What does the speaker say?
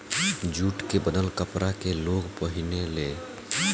jute के बनल कपड़ा के लोग पहिने ले